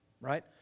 Right